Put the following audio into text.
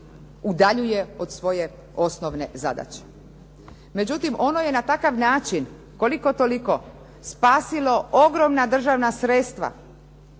udaljuje od svoje osnovne zadaće. Međutim, ono je na takav način koliko toliko spasilo ogromna državna sredstva